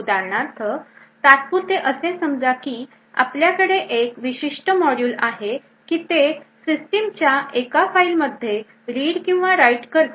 उदाहरणार्थ तात्पुरते असे समजा की आपल्याकडे एक विशिष्ट मॉड्यूल आहे कि ते सिस्टीमच्या एका फाईल मध्ये read किंवा write करते